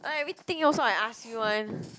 everything also I ask you [one]